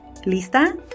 Lista